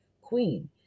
queen